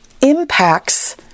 impacts